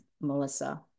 Melissa